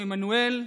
עמנואל,